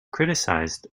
criticized